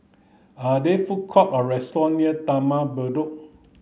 are there food court or restaurant near Taman Bedok